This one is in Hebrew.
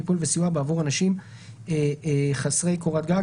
טיפול וסיוע בעבור אנשים חסרי קורת גג,